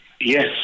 yes